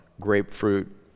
grapefruit